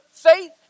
Faith